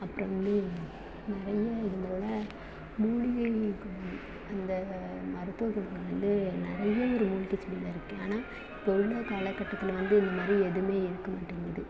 அப்புறம் வந்து நிறைய இதுவும்போல மூலிகைக்கு அந்த மருத்துவ குணங்கள் வந்து நிறைய ஒரு மூலிகை செடியில் இருக்கு ஆனால் கொரோனா காலகட்டத்தில் வந்து இந்த மாதிரி எதுவுமே இருக்கமாட்டேங்குது